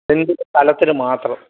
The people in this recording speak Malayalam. സെന്റിന് സ്ഥലത്തിന് മാത്രം